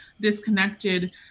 disconnected